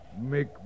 make